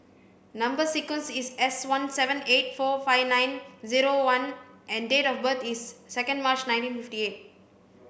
number sequence is S one seven eight four five nine zero one and date of birth is second March nineteen fifty eight